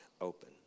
open